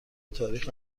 تاریخ